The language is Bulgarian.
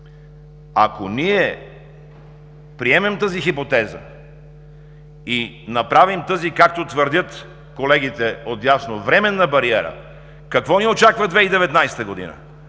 ако приемем тази хипотеза и направим тази, както твърдят колегите отдясно, временна бариера, какво ни очаква през 2019 г.?